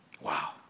Wow